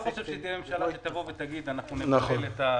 חושב שתקום ממשלה שתגיד: אנחנו נבטל את זה.